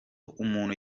umuntu